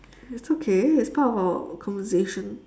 it's okay it's part of our conversation